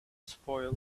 spoil